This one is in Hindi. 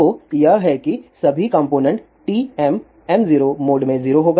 तो यह है कि सभी कॉम्पोनेन्ट TMm0 मोड में 0 होगा